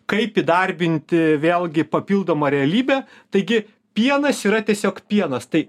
kaip įdarbinti vėlgi papildomą realybę taigi pienas yra tiesiog pienas tai